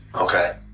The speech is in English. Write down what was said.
Okay